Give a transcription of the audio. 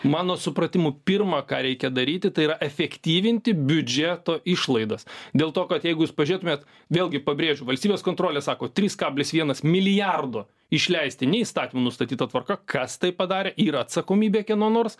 mano supratimu pirma ką reikia daryti tai yra efektyvinti biudžeto išlaidas dėl to kad jeigu pažiūrėtumėt vėlgi pabrėžiu valstybės kontrolė sako trys kablis vienas milijardo išleisti ne įstatymų nustatyta tvarka kas tai padarė yra atsakomybė kieno nors